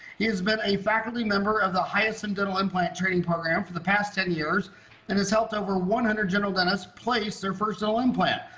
he's been a faculty member of the highest and dental implant training program for the past ten years and has helped over one hundred general dentists place their first cell implant.